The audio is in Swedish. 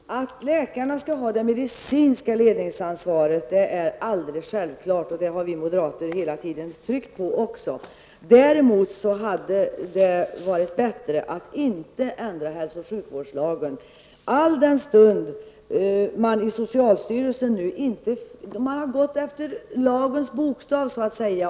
Herr talman! Att läkarna skall ha det medicinska ledningsansvaret är självklart, och det är något som vi moderater hela tiden har tryckt på. Däremot hade det varit bättre att inte ändra hälso och sjukvårdslagen. Socialstyrelsen har så att säga gått efter lagens bokstav.